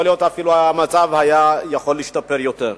יכול להיות שהמצב היה יכול להשתפר יותר.